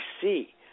see